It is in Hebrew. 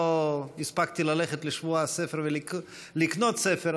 לא הספקתי ללכת לשבוע הספר ולקנות ספר,